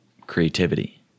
creativity